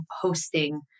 hosting